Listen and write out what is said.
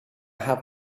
have